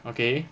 okay